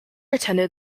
attended